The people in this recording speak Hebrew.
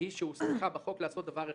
והיא שהוסמכה בחוק לעשות דבר אחד,